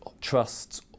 trusts